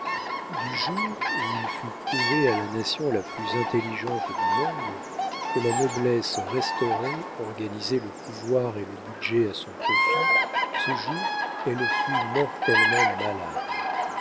du jour où il fut prouvé à la nation la plus intelligente du monde que la noblesse restaurée organisait le pouvoir et le budget à son profit ce jour elle fut mortellement malade